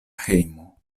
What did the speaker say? hejmo